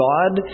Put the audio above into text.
God